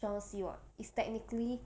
shawn see [what] is technically